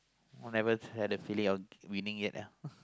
never had the feeling of winning it eh